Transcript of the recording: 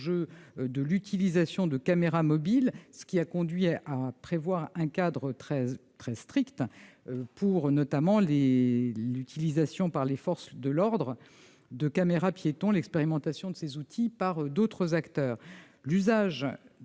de l'utilisation de caméras mobiles, ce qui a conduit à prévoir un cadre très strict, notamment pour l'utilisation par les forces de l'ordre de caméras-piétons, mais aussi pour l'expérimentation de ces outils par d'autres acteurs. En